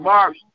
March